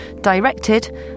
directed